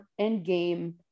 endgame